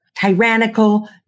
tyrannical